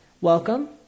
welcome